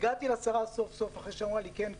הגעתי לשרה סוף סוף אחרי שהיא אמרה לי: כן,